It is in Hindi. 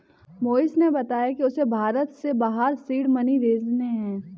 मोहिश ने बताया कि उसे भारत से बाहर सीड मनी भेजने हैं